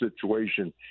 situation